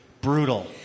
brutal